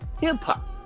hip-hop